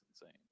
insane